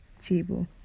table